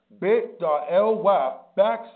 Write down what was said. bit.ly/backslash